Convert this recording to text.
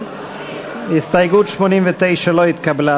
קבוצת סיעת יהדות התורה,